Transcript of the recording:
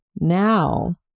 now